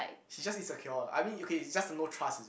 she's just insecure lah I mean okay is just no trust is it